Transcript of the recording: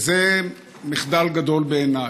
וזה מחדל גדול בעיניי.